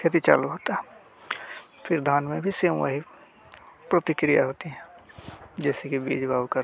खेती चालू होती है फिर धान में भी सेम वही प्रतिक्रिया होती है जैसे कि बीज बोए करना